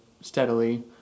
steadily